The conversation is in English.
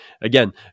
again